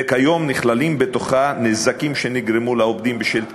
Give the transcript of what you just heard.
וכיום נכללים בתוכה נזקים שנגרמו לעובדים בשל תקיפות,